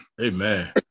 Amen